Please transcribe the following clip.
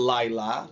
Laila